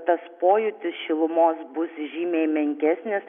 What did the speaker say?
tas pojūtis šilumos bus žymiai menkesnis